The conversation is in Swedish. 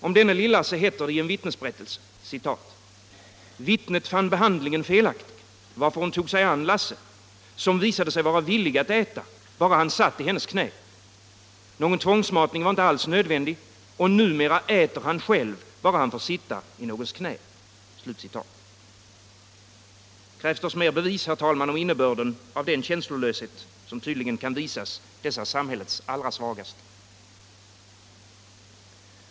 Om denne Lill-Lasse heter det i en vittnesberättelse: ”Vittnet fann behandlingen felaktig varför hon tog sig an Lasse, som visade sig vara villig att äta, bara han satt i hennes knä. Någon tvångsmatning var inte alls nödvändig, och numera äter han själv bara han får sitta i någons knä. Krävs det oss mer bevis, herr talman, om innebörden av den känslolöshet som tydligen kan visas dessa samhällets allra svagaste?